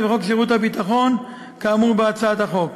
בחוק שירות ביטחון כאמור בהצעת החוק.